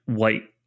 white